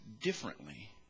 differently